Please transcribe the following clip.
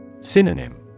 Synonym